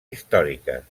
històriques